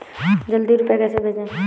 जल्दी रूपए कैसे भेजें?